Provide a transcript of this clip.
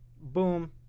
Boom